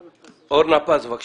אורנה פז, בבקשה.